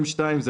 M2 זה